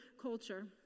culture